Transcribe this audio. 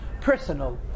personal